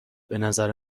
بنظر